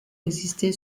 existé